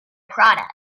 product